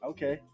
Okay